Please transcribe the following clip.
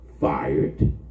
fired